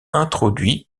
introduits